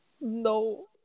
No